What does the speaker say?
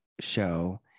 show